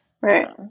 Right